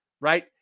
right